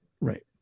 right